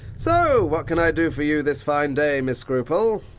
so, what can i do for you this fine day, miss scruple?